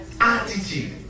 attitude